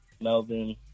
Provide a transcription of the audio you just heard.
Melvin